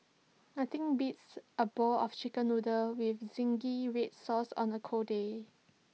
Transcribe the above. nothing beats A bowl of Chicken Noodles with Zingy Red Sauce on A cold day